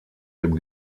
dem